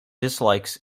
dislikes